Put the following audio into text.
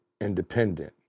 independent